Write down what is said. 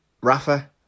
Rafa